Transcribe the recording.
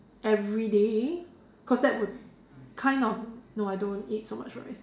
everyday cause that would kind of no I don't eat so much rice